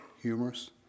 humorous